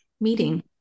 meeting